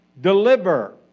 deliver